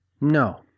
No